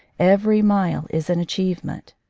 every mile is an achievement.